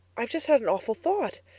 i've just had an awful thought.